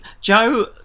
joe